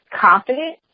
confident